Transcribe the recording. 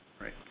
right